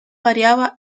variaba